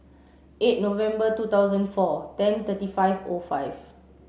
eight November two thousand four ten thirty five O five